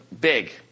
big